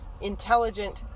intelligent